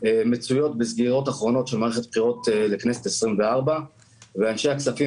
מצויות בסגירות אחרונות של מערכת בחירות לכנסת ה-24 ואנשי הכספים